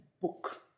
book